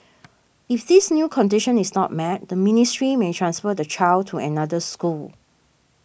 if this new condition is not met the ministry may transfer the child to another school